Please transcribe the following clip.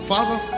Father